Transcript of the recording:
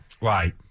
Right